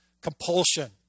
compulsion